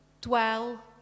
dwell